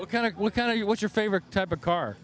the kind of what kind of you what your favorite type of car